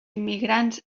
immigrants